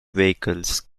vehicles